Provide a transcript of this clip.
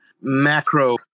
macro